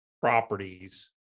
properties